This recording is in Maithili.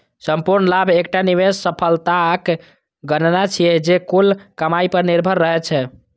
संपूर्ण लाभ एकटा निवेशक सफलताक गणना छियै, जे कुल कमाइ पर निर्भर रहै छै